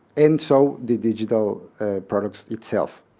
and so the digital products itself.